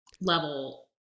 level